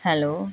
hello